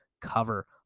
cover